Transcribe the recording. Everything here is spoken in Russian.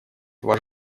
ваш